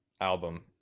album